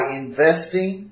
investing